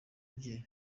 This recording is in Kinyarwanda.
bye